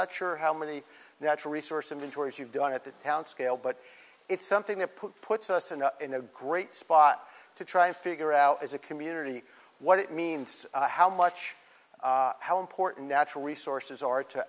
not sure how many natural resource inventories you've done at the town scale but it's something that puts puts us in a in a great spot to try and figure out as a community what it means how much how important natural resources are to